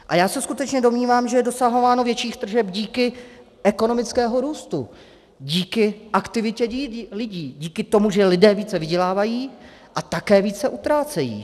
A já se skutečně domnívám, že je dosahováno větších tržeb díky ekonomickému růstu, díky aktivitě lidí, díky tomu, že lidé více vydělávají a také více utrácejí.